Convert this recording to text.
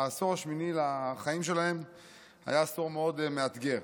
העשור השמיני היה מאוד מאתגר.